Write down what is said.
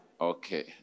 Okay